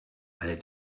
est